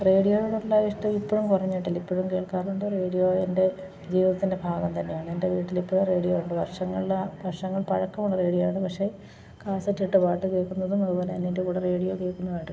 റേഡിയോയോടുള്ള ഇഷ്ടം ഇപ്പോഴും കുറഞ്ഞിട്ടില്ല ഇപ്പോഴും കേൾക്കാറുണ്ട് റേഡിയോ എൻ്റെ ജീവിതത്തിൻ്റെ ഭാഗം തന്നെയാണെൻ്റെ വീട്ടിലിപ്പോഴും റേഡിയോ ഉണ്ട് വർഷങ്ങളിലാ വർഷങ്ങൾ പഴക്കമുള്ള റേഡിയോയാണ് പക്ഷെ കാസറ്റിട്ട് പാട്ട് കേൾക്കുന്നതും അതു പോലെ തന്നെ അതിൻ്റെ കൂടെ റേഡിയോ കേൾക്കുന്നതായിട്ട്